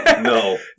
No